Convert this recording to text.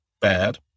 bad